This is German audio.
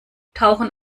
tauchen